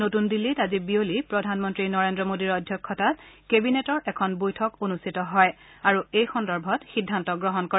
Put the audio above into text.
নতুন দিল্লীত আজি বিয়লি প্ৰধানমন্তী নৰেন্দ্ৰ মোদীৰ অধ্যক্ষতাত কেবিনেটৰ এখন বৈঠক অনুষ্ঠিত হয় আৰু এই সন্দৰ্ভত সিদ্ধান্ত গ্ৰহণ কৰে